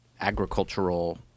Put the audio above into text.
agricultural –